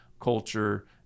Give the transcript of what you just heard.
culture